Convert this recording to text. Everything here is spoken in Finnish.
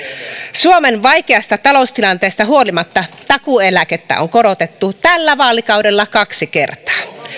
suomen vaikeasta taloustilanteesta huolimatta takuueläkettä on korotettu tällä vaalikaudella kaksi kertaa